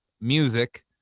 music